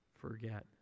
forget